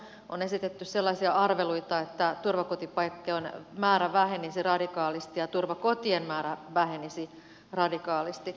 on esitetty sellaisia arveluita että turvakotipaikkojen määrä vähenisi radikaalisti ja turvakotien määrä vähenisi radikaalisti